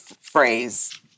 phrase